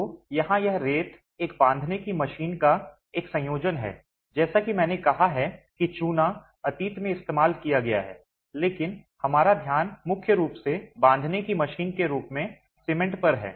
तो यहाँ यह रेत एक बांधने की मशीन का एक संयोजन है जैसा कि मैंने कहा है कि चूना अतीत में इस्तेमाल किया गया है लेकिन हमारा ध्यान मुख्य रूप से बांधने की मशीन के रूप में सीमेंट पर है